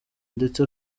ndetse